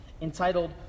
entitled